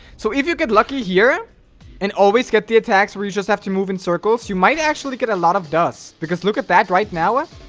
so if you get lucky here and always get the attacks where you just have to move in circles you might actually get a lot of dust because look at that right now it